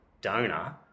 donor